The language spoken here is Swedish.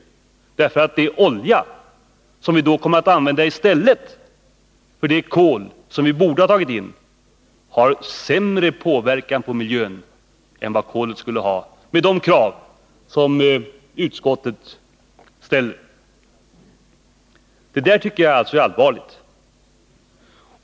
Den olja som vi då kommer att använda i stället för det kol som vi borde ha tagit in har sämre inverkan på miljön än vad kolet skulle ha vid beaktande av de krav som utskottet ställer. Det tycker jag är allvarligt.